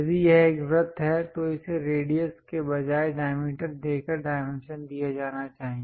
यदि यह एक वृत्त है तो इसे रेडियस के बजाय डायमीटर देकर डायमेंशन दिया जाना चाहिए